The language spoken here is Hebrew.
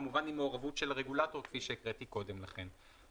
כמובן עם מעורבות של הרגולטור כפי שהקראתי קודם לכן.